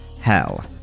hell